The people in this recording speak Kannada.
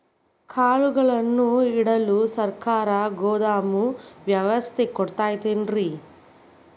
ಕಾಳುಗಳನ್ನುಇಡಲು ಸರಕಾರ ಗೋದಾಮು ವ್ಯವಸ್ಥೆ ಕೊಡತೈತೇನ್ರಿ?